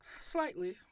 Slightly